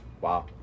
Wow